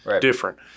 different